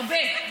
הרבה.